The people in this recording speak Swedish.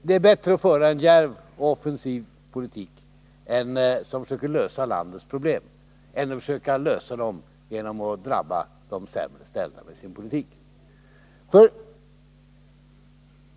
Det är bättre att föra en djärv och offensiv politik, som försöker lösa alla landets problem, än att försöka lösa dem genom åtgärder som drabbar de sämst ställda.